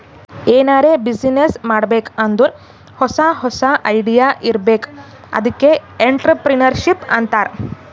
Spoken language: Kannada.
ಎನಾರೇ ಬಿಸಿನ್ನೆಸ್ ಮಾಡ್ಬೇಕ್ ಅಂದುರ್ ಹೊಸಾ ಹೊಸಾ ಐಡಿಯಾ ಇರ್ಬೇಕ್ ಅದ್ಕೆ ಎಂಟ್ರರ್ಪ್ರಿನರ್ಶಿಪ್ ಅಂತಾರ್